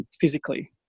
physically